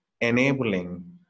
enabling